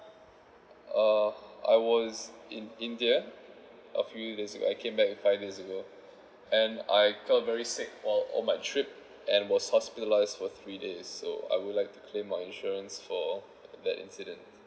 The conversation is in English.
uh I was in india a few days ago I came back five days ago and I fell very sick on on my trip and was hospitalized for three days so I would like claim my insurance for that incident